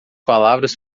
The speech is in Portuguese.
palavras